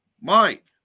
Mike